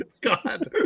God